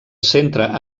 centre